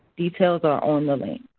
details are on the link.